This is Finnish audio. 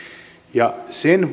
ja sen